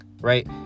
right